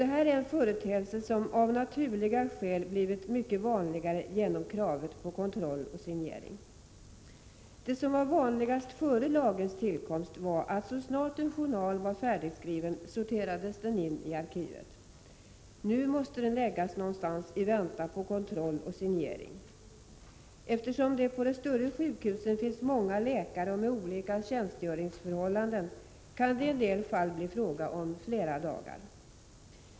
Det är en företeelse som av naturliga skäl blivit mycket vanligare genom kravet på kontroll och signering. Före lagens tillkomst var det vanliga att en journal så snart den var färdigskriven sorterades in i arkivet. Nu måste den läggas någonstans i väntan på kontroll och signering. Eftersom det på de större sjukhusen finns många läkare, och de har olika tjänstgöringsförhållanden, kan det i en del fall bli fråga om flera dagar.